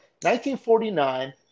1949